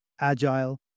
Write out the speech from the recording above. agile